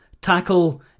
Tackle